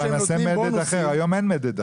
היום אין מדד אחר.